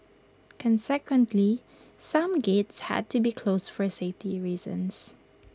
consequently some gates had to be closed for safety reasons